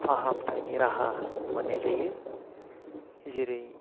फाहामथायनि राहा मोननाय जायो जेरै